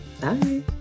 Bye